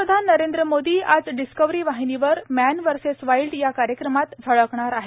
पंतप्रधान नरेंद्र मोदी आज डिस्कवरी वाहिनी वर मॅन वर्सेस वाईल्ड या कार्यक्रमात झळकणार आहेत